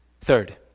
Third